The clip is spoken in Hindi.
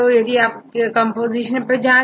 तो यदि आप कंपोजीशन के साथ जाए